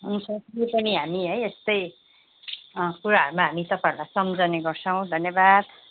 हुन्छ यसरी हामी है यस्तै कुराहरूमा हामी तपाईँहरूलाई सम्झने गर्छौँ धन्यवाद